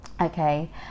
Okay